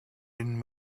been